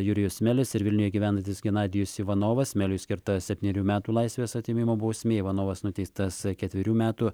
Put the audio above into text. jurijus melis ir vilniuje gyvenantis genadijus ivanovas meliui skirta septynerių metų laisvės atėmimo bausmė ivanovas nuteistas ketverių metų